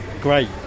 great